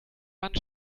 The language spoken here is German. wand